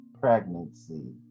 pregnancy